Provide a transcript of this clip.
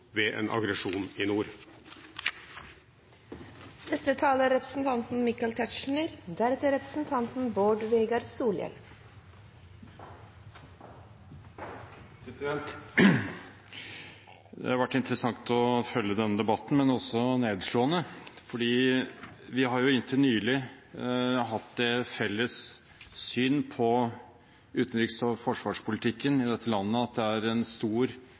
ved en aggresjon i nord. Det har vært interessant å følge denne debatten, men også nedslående, for vi har inntil nylig hatt det felles syn på utenriks- og forsvarspolitikken i dette landet at det er en stor